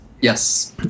Yes